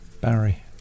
Barry